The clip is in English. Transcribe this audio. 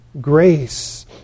grace